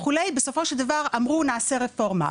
וכו' בסופו של דבר אמרו נעשה רפורמה.